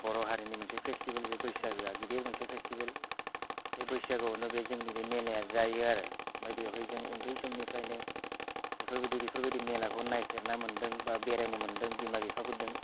बर' हारिनि मोनसे फेस्टिभेल बे बैसागुआ गिदिर मोनसे फेस्टिभेल बे बैसागुआवनो जोंनि बे मेलाया जायो आरो ओमफाय बेयावहाय जों उन्दै समनिफ्रायनो बेफोरबायदि बेफोरबायदि मेलाखौ नायगिरना मोन्दों बा बेरायनो मोन्दों बिमा बिफाफोरदों